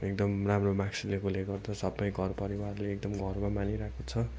एकदम राम्रो मार्क्स ल्याएको ल्याएकै गर्छ सबै घरपरिवारले एकदम गर्व मानिरहेको छ